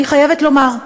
אני חייבת לומר,